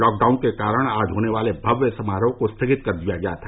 lockdown के कारण आज होने वाले भव्य समारोह को स्थगित कर दिया गया था